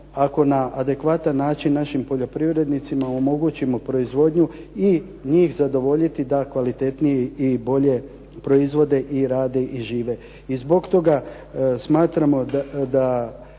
ako na adekvatan način našim poljoprivrednicima omogućimo proizvodnju, i njih zadovoljiti da kvalitetnije i bolje proizvode i rade i žive.